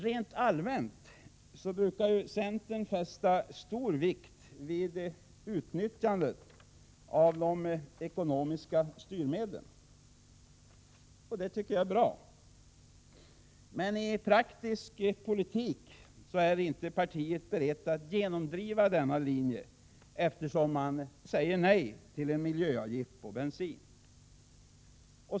Rent allmänt brukar centern fästa stor vikt vid utnyttjandet av de ekonomiska styrmedlen, och det tycker jag är bra. Men i praktisk politik är inte partiet berett att genomdriva denna linje, eftersom man säger nej till en miljöavgift på bensin.